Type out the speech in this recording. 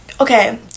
Okay